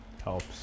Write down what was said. Helps